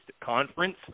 conference –